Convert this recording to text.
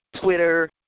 Twitter